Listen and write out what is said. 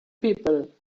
people